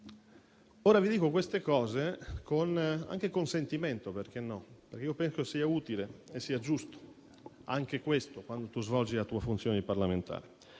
Vi dico queste cose anche con sentimento - perché no? - perché penso sia utile e giusto anche questo, quando si svolge la funzione di parlamentare.